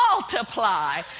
multiply